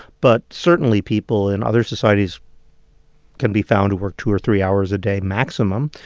but certainly, people in other societies can be found to work two or three hours a day maximum.